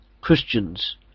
Christians